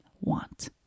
want